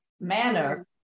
manner